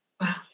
Wow